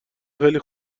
خیلی